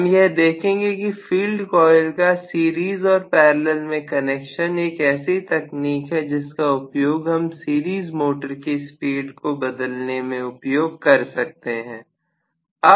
हम यह देखेंगे कि फील्ड कॉइल का सीरीज ओर पैरेलल में कनेक्शन एक ऐसी तकनीक है जिसका उपयोग हम सीरीज मोटर की स्पीड को बदलने में उपयोग कर सकते हैं